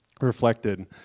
reflected